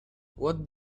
what